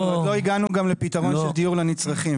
עוד לא הגענו גם לפתרון של דיור לנצרכים,